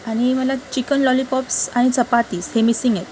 आणि मला chicken lollipops आणि चपाती हे मिसिंग आहेत